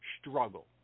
struggle